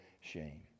shame